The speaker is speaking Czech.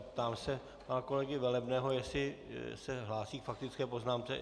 Ptám se pana kolegy Velebného, jestli se hlásí k faktické poznámce.